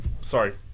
sorry